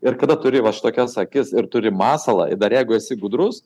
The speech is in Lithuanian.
ir kada turi tokias akis ir turi masalą ir dar jeigu esi gudrus